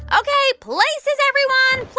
ok, places everyone.